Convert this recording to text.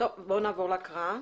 נעבור להקראה.